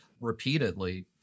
repeatedly